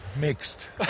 Mixed